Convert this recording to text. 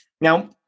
Now